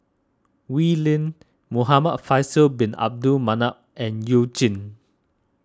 Wee Lin Muhamad Faisal Bin Abdul Manap and You Jin